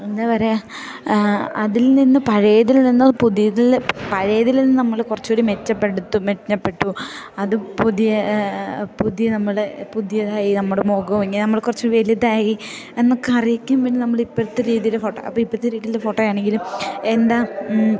എന്താ പറയുക അതിൽ നിന്ന് പഴയതിൽ നിന്ന് പുതിയതിൽ പഴയതിൽ നിന്ന് നമ്മൾ കുറച്ചു കൂടി മെച്ചപ്പെടുത്തു മെച്ചപ്പെട്ടു അത് പുതിയ പുതിയ നമ്മൾ പുതിയതായി നമ്മുടെ മുഖം ഇങ്ങനെ നമ്മൾ കുറച്ച് വലുതായി എന്നൊക്കെ അറിയിക്കാൻ വേണ്ടി നമ്മൾ ഇപ്പോഴത്തെ രീതിയിൽ ഫോട്ടോ അപ്പം ഇപ്പോഴത്തെ രീതിയിലുള്ള ഫോട്ടോയാണെങ്കിലും എന്താ